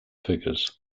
figures